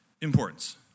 importance